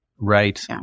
Right